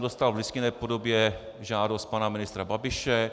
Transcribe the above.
Dostal jsem v listinné podobě žádost pana ministra Babiše.